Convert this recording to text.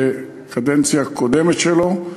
בקדנציה הקודמת שלו,